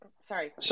Sorry